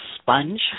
sponge